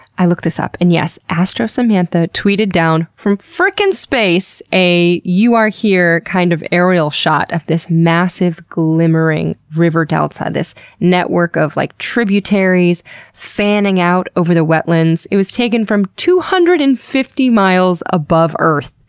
i looked this up and yes, astrosamantha tweeted down from frickin' space, a you are here kind of aerial shot of this massive, glimmering river delta, this network of like tributaries fanning out over wetlands. it was taken from two hundred and fifty miles above earth,